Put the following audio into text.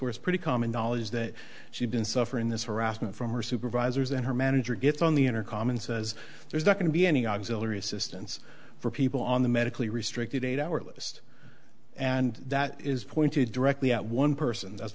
where it's pretty common knowledge that she'd been suffering this harassment from her supervisors and her manager gets on the intercom and says there's not going to be any auxiliary assistance for people on the medically restricted eight hour list and that is pointed directly at one person